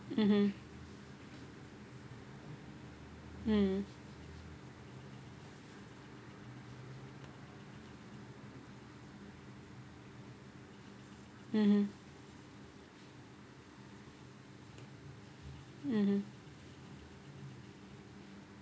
mmhmm mm mmhmm mmhmm